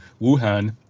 Wuhan